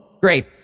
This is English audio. Great